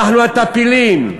אנחנו הטפילים.